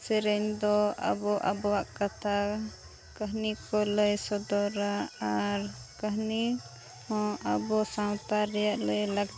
ᱥᱮᱨᱮᱧ ᱫᱚ ᱟᱵᱚ ᱟᱵᱚᱣᱟᱜ ᱠᱟᱛᱷᱟ ᱠᱟᱹᱦᱱᱤ ᱠᱚ ᱞᱟᱹᱭ ᱥᱚᱫᱚᱨᱟ ᱟᱨ ᱠᱟᱹᱦᱱᱤ ᱦᱚᱸ ᱟᱵᱚ ᱥᱟᱶᱛᱟ ᱨᱮᱭᱟᱜ ᱞᱟᱹᱭ